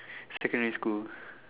secondary school